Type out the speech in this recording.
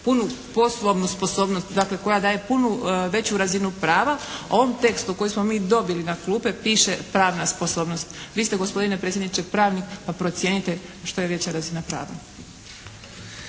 punu poslovnu sposobnost, dakle koja daje puno veću razinu prava. A u ovom tekstu kojeg smo mi dobili na klupe piše pravna sposobnost. Vi ste gospodine predsjedniče pravnik, pa procijenite što je veća razina prava.